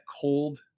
cold